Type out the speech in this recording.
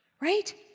right